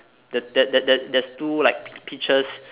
the that that that there's two like peaches